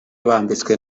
bambitswe